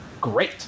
great